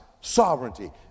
sovereignty